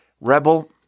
rebel